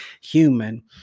human